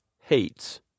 hates